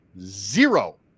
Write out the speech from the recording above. zero